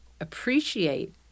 appreciate